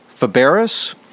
Faberis